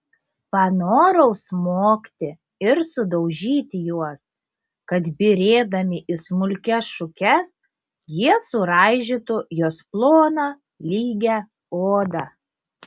panorau smogti ir sudaužyti juos kad byrėdami į smulkias šukes jie suraižytų jos ploną lygią odą